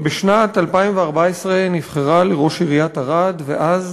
בשנת 2014 נבחרה לראש עיריית ערד, ואז